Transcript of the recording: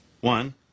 One